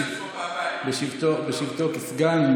בשבתו כסגן.